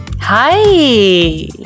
Hi